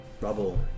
Rubble